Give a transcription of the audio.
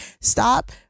Stop